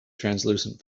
translucent